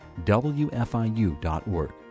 WFIU.org